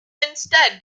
instead